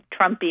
Trumpy